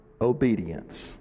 obedience